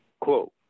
quote